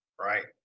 right